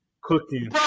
cooking